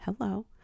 hello